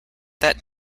that